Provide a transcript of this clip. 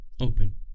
Open